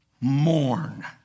Mourn